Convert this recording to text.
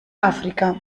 africa